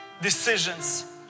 decisions